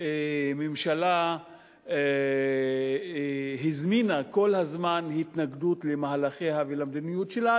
הממשלה הזמינה כל הזמן התנגדות למהלכיה ולמדיניות שלה,